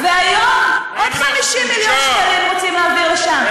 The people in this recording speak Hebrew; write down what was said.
והיום, עוד 50 מיליון שקלים רוצים להעביר לשם.